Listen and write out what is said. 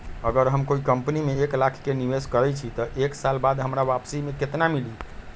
अगर हम कोई कंपनी में एक लाख के निवेस करईछी त एक साल बाद हमरा वापसी में केतना मिली?